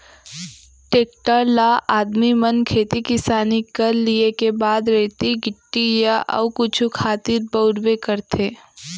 tractor ल आदमी मन खेती किसानी कर लिये के बाद रेती गिट्टी या अउ कुछु खातिर बउरबे करथे